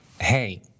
Hey